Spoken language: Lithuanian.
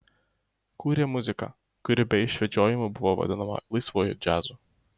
kūrė muziką kuri be išvedžiojimų buvo vadinama laisvuoju džiazu